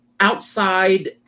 outside